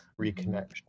reconnection